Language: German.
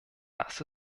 das